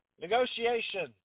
negotiation